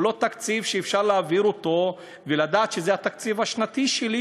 הוא לא תקציב שאפשר להעביר אותו ולדעת שזה התקציב השנתי שלי,